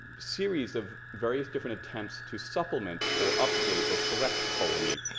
series of various different attempts to supplement or update or correct ptolemy.